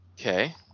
okay